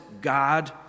God